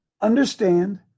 understand